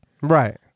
right